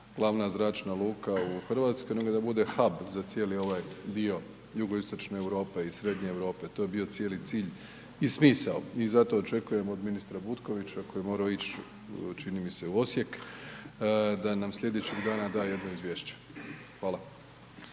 glavna zračna luka u Hrvatskoj nego da bude .../Govornik se ne razumije./... za cijeli ovaj dio jugoistočne Europe i srednje Europe, to je bio cijeli cilj i smisao i zato očekujem od ministra Butkovića koji je morao otić čini mi se u Osijek, da nam slijedećih dana da jedno izvješće. Hvala.